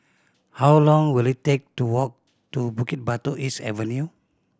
how long will it take to walk to Bukit Batok East Avenue